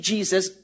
Jesus